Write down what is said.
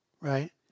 right